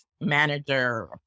Manager